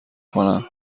کنم